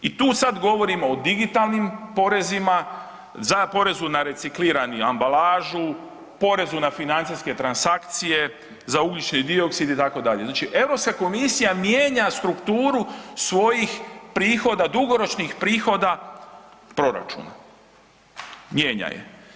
I tu sada govorimo o digitalnim porezima, porezu na recikliranu ambalažu, porezu na financijske transakcije za ugljični dioksid itd. znači Europska komisija mijenja strukturu svojih dugoročnih prihoda proračuna, mijenja je.